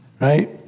right